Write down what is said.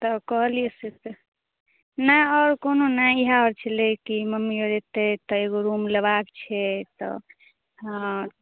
तऽ कहलिए से तऽ नहि आओर कोनो नहि इएह आओर छलै कि मम्मी आओर अएतै तऽ एगो रूम लेबाके छै तऽ हँ